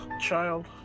child